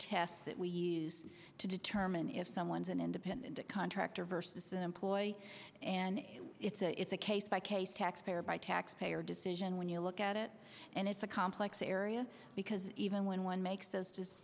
test that we use to determine if someone's an independent contractor versus an employee and it's a it's a case by case taxpayer by taxpayer decision when you look at it and it's a complex area because even when one makes